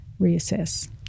reassess